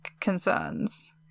concerns